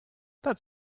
that